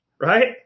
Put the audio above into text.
Right